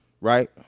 Right